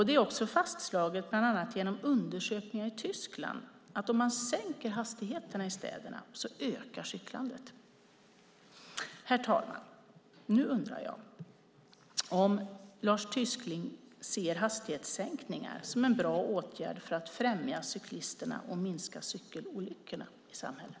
Det är också fastslaget, bland annat genom undersökningar i Tyskland, att om man sänker hastigheterna i städerna ökar cyklandet. Herr talman! Nu undrar om Lars Tysklind ser hastighetssänkningar som en bra åtgärd för att främja cyklandet och minska cykelolyckorna i samhället.